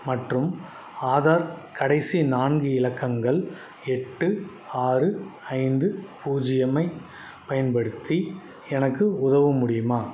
மற்றும் ஆதார் கடைசி நான்கு இலக்கங்கள் எட்டு ஆறு ஐந்து பூஜ்ஜியம் ஐப் பயன்படுத்தி எனக்கு உதவ முடியுமா